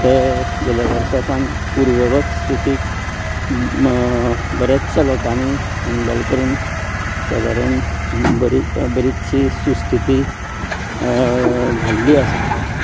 तें गेले वर्सांक सावन पुर्वावत्स स्थितीक बरेंचशें लोकांनी हेंन्डल करुन सादारण बरी बरचशीं सुस्थिती जाल्ली आसा